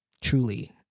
truly